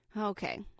Okay